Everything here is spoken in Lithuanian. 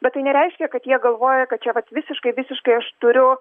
bet tai nereiškia kad jie galvoja kad čia vat visiškai visiškai aš turiu